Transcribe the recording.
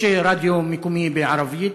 יש רדיו מקומי בערבית,